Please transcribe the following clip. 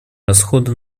расходы